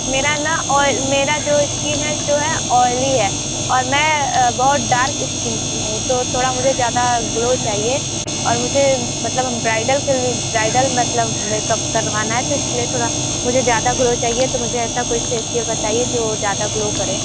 मेरा न ऑयल मेरा जो न स्किन जो है ऑयली है और मैं बहुत डार्क स्किन की हूँ तो थोड़ा मुझे ज़्यादा ग्लो चाहिए और मुझे मतलब हम ब्राइडल के लिए ब्राइडल मतलब मेकअप करवाना है तो इसलिए थोड़ा मुझे ज़्यादा ग्लो चाहिए तो मुझे ऐसा कोई फेसिअल बताइये जो ज़्यादा ग्लो करे